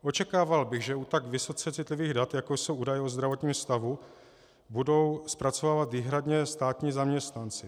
Očekával bych, že u tak vysoce citlivých dat jako jsou údaje o zdravotním stavu, je budou zpracovávat výhradně státní zaměstnanci.